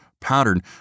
pattern